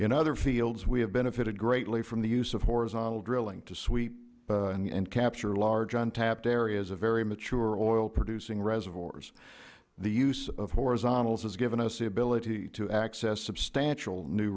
in other fields we have benefited greatly from the use of horizontal drilling to sweep and capture large untapped areas of very mature oil producing reservoirs the use of horizontals has given us the ability to access substantial new